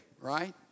right